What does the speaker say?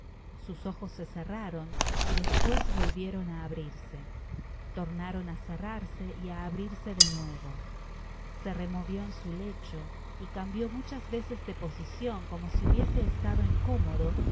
sus ojos se cerraron y despues volvieron á abrirse tornaron á cerrarse y á abrirse de nuevo se removió en su lecho y canihió muchas veces de posicion como si hubiese estado incómodo